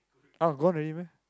all gone already meh